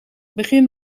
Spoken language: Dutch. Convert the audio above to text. begin